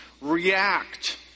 react